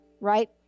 Right